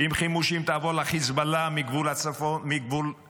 עם חימושים תעבור לחיזבאללה מגבול סוריה